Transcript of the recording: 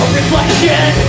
reflection